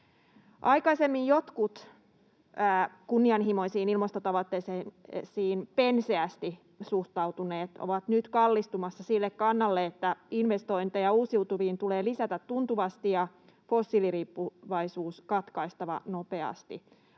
tilanteessa. Jotkut kunnianhimoisiin ilmastotavoitteisiin aikaisemmin penseästi suhtautuneet ovat nyt kallistumassa sille kannalle, että investointeja uusiutuviin tulee lisätä tuntuvasti ja fossiiliriippuvaisuus katkaista nopeasti.